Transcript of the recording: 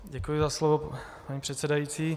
Děkuji za slovo, paní předsedající.